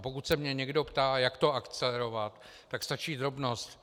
Pokud se mě někdo ptá, jak to akcelerovat, tak stačí drobnost.